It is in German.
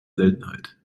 seltenheit